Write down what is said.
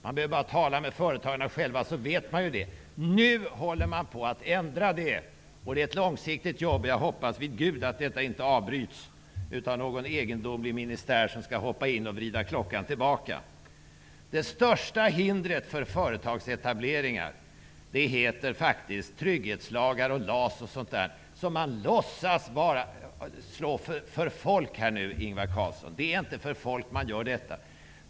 Det räcker med att tala med företagarna själva för att få veta. Nu håller det hela på att ändras. Det är ett långsiktigt arbete. Jag hoppas, vid Gud, att detta inte avbryts av någon egendomlig ministär som skall hoppa in och vrida klockan tillbaka. De största hindret för företagsetableringar heter faktiskt trygghetslagar, LAS osv. Ni låtsas slåss för folk, Ingvar Carlsson, Men det är inte för folk.